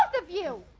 of you.